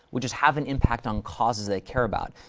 which is have an impact on causes they care about,